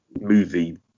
movie